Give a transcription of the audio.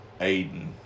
Aiden